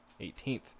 18th